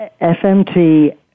FMT